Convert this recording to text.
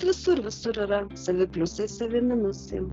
visur visur yra savi pliusai savi minusai